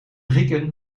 grieken